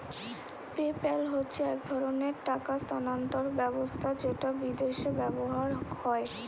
PayPal হচ্ছে এক ধরণের টাকা স্থানান্তর ব্যবস্থা যেটা বিদেশে ব্যবহার হয়